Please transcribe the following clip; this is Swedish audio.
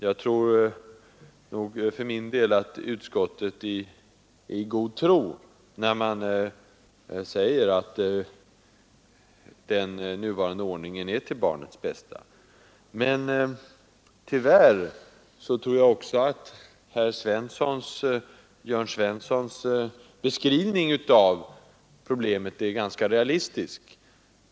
Jag tror för min del att utskottsmajoriteten är i god tro när den säger att den nuvarande ordningen är till barnets bästa. Men tyvärr tror jag också att herr Jörn Svenssons beskrivning av problemen är ganska realistisk.